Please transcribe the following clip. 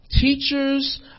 teachers